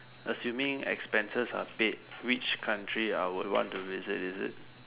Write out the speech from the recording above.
assuming expenses are paid which country I would want to visit is it